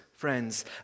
friends